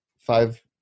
five